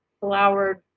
flowered